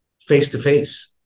face-to-face